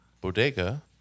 Bodega